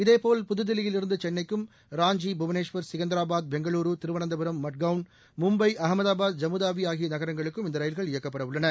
இதேபோல் புதுதில்லியில் இருந்து சென்னைக்கும் ராஞ்சி புவனேஷ்வர் செகந்திராபாத் பெங்களூரு திருவனந்தபுரம் மட்காவுன் மும்பை அம்தாபாத் ஜம்முதாவி ஆகிய நகரங்களுக்கும் இந்த ரயில்கள் இயக்கப்பபட உள்ளன